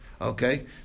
okay